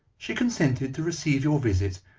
she consented to receive your visit,